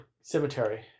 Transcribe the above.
cemetery